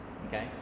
okay